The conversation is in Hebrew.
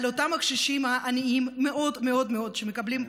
אותם הקשישים העניים מאוד מאוד מאוד שמקבלים,